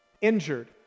injured